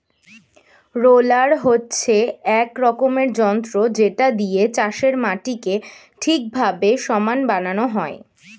roller হচ্ছে এক রকমের যন্ত্র যেটা দিয়ে চাষের মাটিকে ঠিকভাবে সমান বানানো হয়